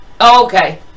okay